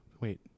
wait